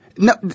No